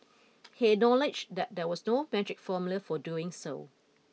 he acknowledged that there was no magic formula for doing so